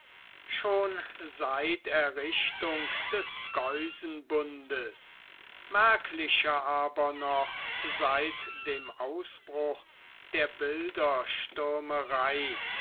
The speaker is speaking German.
schon seit errichtung des geusenbundes merklicher aber noch seit dem ausbruche der bilderstürmerei